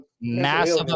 Massive